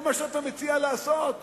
זה מה שאתה מציע לעשות?